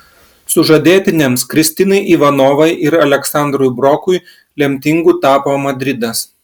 sužadėtiniams kristinai ivanovai ir aleksandrui brokui lemtingu tapo madridas